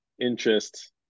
interest